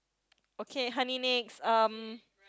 okay honey next um